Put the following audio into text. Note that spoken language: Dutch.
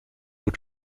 door